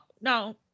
no